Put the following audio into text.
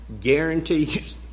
guarantees